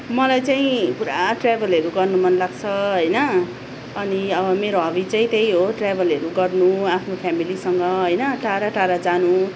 मलाई चाहिँ पुरा ट्र्याभलहरू गर्नु मन लाग्छ होइन अनि अब मेरो हबी चाहिँ त्यही हो ट्र्याभलहरू गर्नु आफ्नो फेमिलीसँग होइन टाढा टाढा जानु